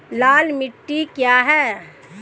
लाल मिट्टी क्या है?